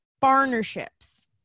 Partnerships